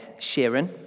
Sheeran